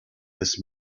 this